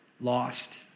lost